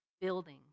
building